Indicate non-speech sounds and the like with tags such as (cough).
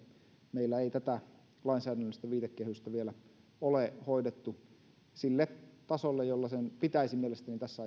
meillä ei tätä lainsäädännöllistä viitekehystä vielä ole hoidettu sille tasolle jolla sen pitäisi mielestäni tässä (unintelligible)